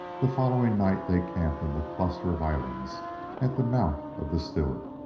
the following night they camped in the cluster of islands at the mouth of the stewart.